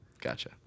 Gotcha